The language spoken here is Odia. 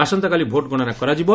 ଆସନ୍ତାକାଲି ଭୋଟ ଗଶନା କରାଯିବ